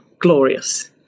glorious